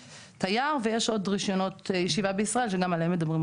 תייר ויש עוד רישיונות ישיבה בישראל שגם עליהם מדברים,